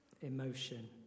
emotion